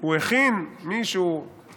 הוא הכין עבורו,